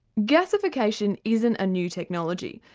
gasification isn't a new technology,